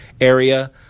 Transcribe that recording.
area